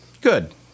Good